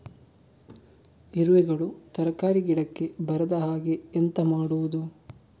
ಇರುವೆಗಳು ತರಕಾರಿ ಗಿಡಕ್ಕೆ ಬರದ ಹಾಗೆ ಎಂತ ಮಾಡುದು?